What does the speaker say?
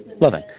loving